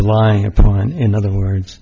relying upon in other words